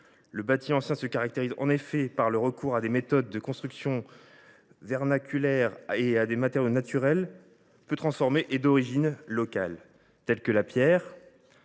varié. Il se caractérise par le recours à des méthodes de construction vernaculaires et à des matériaux naturels peu transformés et d’origine locale, tels que la pierre